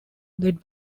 led